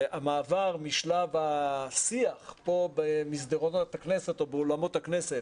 והמעבר משלב השיח פה במסדרונות הכנסת או באולמות הכנסת